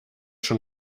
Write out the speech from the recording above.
schon